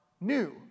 new